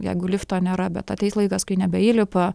jeigu lifto nėra bet ateis laikas kai nebeįlipa